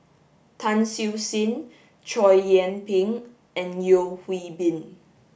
Tan Siew Sin Chow Yian Ping and Yeo Hwee Bin